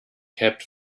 kept